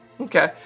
Okay